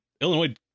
Illinois